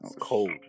cold